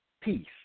peace